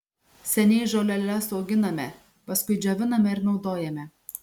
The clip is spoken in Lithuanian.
seniai žoleles auginame paskui džioviname ir naudojame